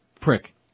prick